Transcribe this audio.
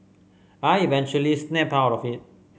I eventually snapped out of it